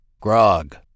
grog